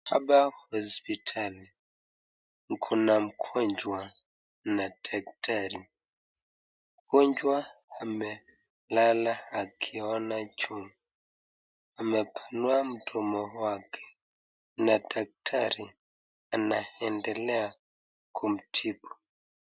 Hapa hospitali kuna mgonjwa na daktari. Mgonjwa amelala akiona juu. Amepanua mdomo wake na daktari anaendelea kumtibu.